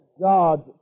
God